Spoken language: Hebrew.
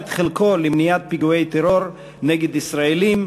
את חלקו למניעת פיגועי טרור נגד ישראלים,